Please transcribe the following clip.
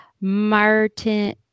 Martin